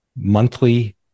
monthly